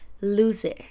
loser